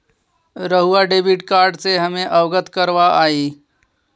रहुआ debit card से हमें अवगत करवाआई?